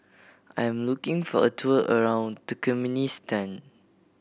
I am looking for a tour around Turkmenistan